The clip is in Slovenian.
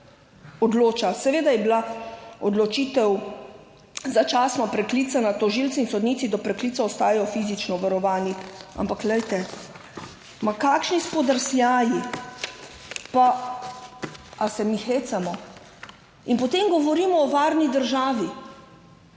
odloča? Seveda je bila odločitev začasno preklicana. Tožilci in sodnici do preklica ostajajo fizično varovani. Ampak, glejte, kakšni spodrsljaji. Ali se mi hecamo? In potem govorimo o varni državi,